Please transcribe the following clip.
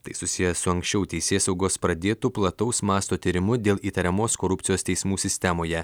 tai susiję su anksčiau teisėsaugos pradėtu plataus masto tyrimu dėl įtariamos korupcijos teismų sistemoje